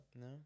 No